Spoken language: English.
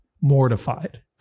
mortified